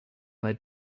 led